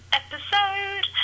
episode